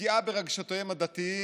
ופגיעה ברגשותיהם הדתיים,